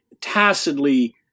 tacitly